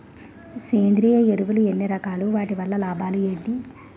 సేంద్రీయ ఎరువులు ఎన్ని రకాలు? వాటి వల్ల లాభాలు ఏంటి?